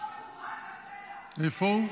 איפה הוא?